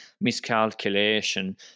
miscalculation